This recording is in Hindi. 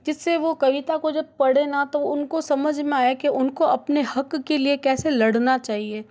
जिस से वो कविता को जब पढ़े ना तो उनको समझ में आए कि उनको अपने हक़ के लिए कैसे लड़ना चाहिए